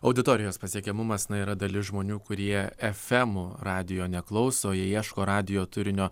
auditorijos pasiekiamumas na yra dalis žmonių kurie efemų radijo neklauso jie ieško radijo turinio